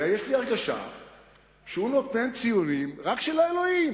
ויש לי הרגשה שהוא נותן ציונים רק של אלוהים: